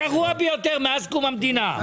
הגרוע ביותר מאז קום המדינה.